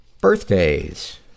Birthdays